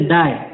die